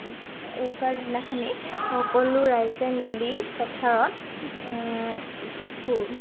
উৰুকাৰ দিনাখনি সকলো ৰাইজে মিলি পথাৰত